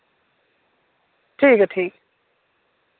ठीक ऐ ठीक